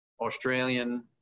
Australian